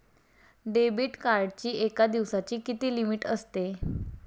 Debit कार्डची एका दिवसाची किती लिमिट असते?